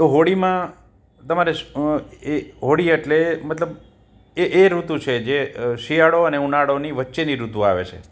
તો હોળીમાં તમારે હોળી એટલે એ મતલબ એ એ ઋતુ છે જે શિયાળો અને ઉનાળોની વચ્ચેની ઋતુ આવે છે